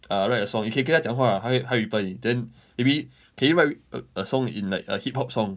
err write a song 你可以跟他讲话他会他会 reply 你 then maybe can you write a a song in like a hip hop song